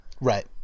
Right